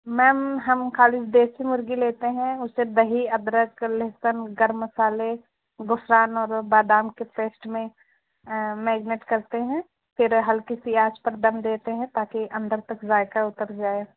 میم ہم خالی دیسی مرغی لیتے ہیں اسے دہی ادرک لہسن گرم مسالے زعفران اور بادام کے پیسٹ میں میگنیٹ کرتے ہیں پھر ہلکی سی آنچ پر دم دیتے ہیں تاکہ اندر تک ذائقہ اتر جائے